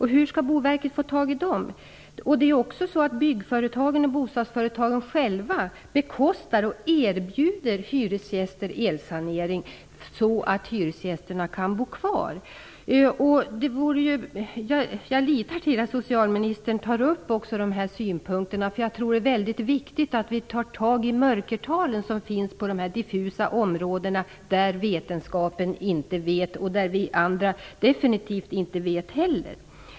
Hur skall Boverket få tag i dem? Byggföretagen och bostadsföretagen själva bekostar och erbjuder hyresgäster elsanering så att hyresgästerna kan bo kvar. Jag litar till att socialministern tar upp också dessa synpunkter. Jag tror det är väldigt viktigt att vi tar tag i mörkertalen som finns på dessa diffusa områden där vetenskapen inte vet, och där vi andra definitivt inte heller vet.